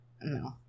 No